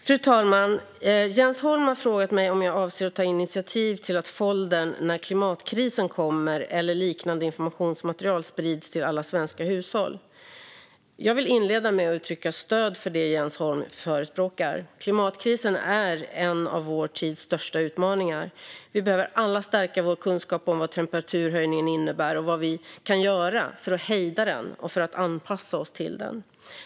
Fru talman! har frågat mig om jag avser att ta initiativ till att foldern När klimatkrisen kommer eller liknande informationsmaterial sprids till alla svenska hushåll. Jag vill inleda med att uttrycka stöd för det Jens Holm förespråkar. Klimatkrisen är en av vår tids största utmaningar. Vi behöver alla stärka vår kunskap om vad temperaturhöjningen innebär och vad vi kan göra för att hejda den och anpassa oss till den.